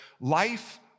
life